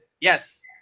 Yes